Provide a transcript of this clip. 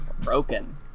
Broken